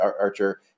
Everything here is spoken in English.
Archer